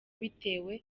bitewe